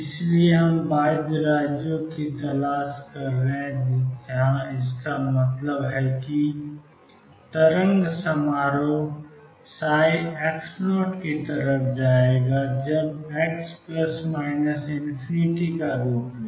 इसलिए हम बाध्य राज्यों की तलाश कर रहे हैं और इसका मतलब है कि तरंग समारोह ψ→0 x→±∞ के रूप में